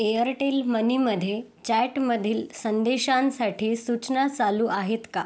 Airtel मनीमध्ये चॅटमधील संदेशांसाठी सूचना चालू आहेत का